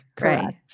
Right